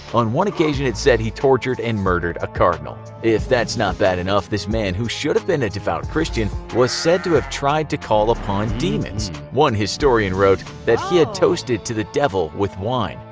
on one occasion it's said he tortured and murdered a cardinal. if that's not bad enough, this man who should have been a devout christian, was said to have tried to call upon demons. one historian wrote that he had toasted to the devil with wine.